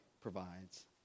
provides